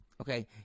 Okay